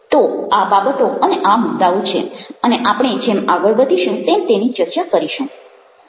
તો આ બાબતો અને આ મુદ્દાઓ છે અને આપણે જેમ આગળ વધીશું તેમ તેની ચર્ચા કરીશું